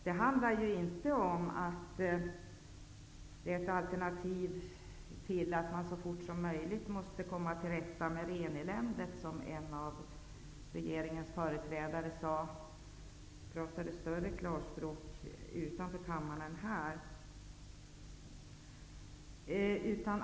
Det här handlar inte om att finna ett alternativ så att man så fort som möjligt kan komma till rätta med ''reneländet'', som en av regeringens företrädare har sagt i klarspråk utanför kammaren.